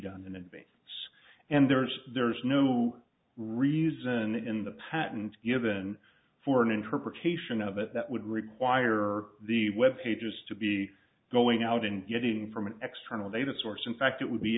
done in advance and there's there's no reason in the patent given for an interpretation of it that would require the web pages to be going out and getting from an extra of a to source in fact it would be